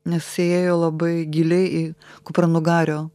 nes įėjo labai giliai į kupranugario